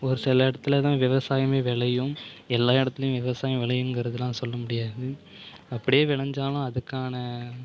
ஒரு சில இடத்தில் தான் விவசாயமே விளையும் எல்லா இடத்துலேயுமே விவசாயம் விளையும்ங்கிறதுலாம் சொல்ல முடியாது அப்படியே விளைஞ்சாலும் அதுக்கான